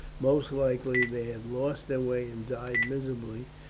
most likely they had lost their way and died miserably,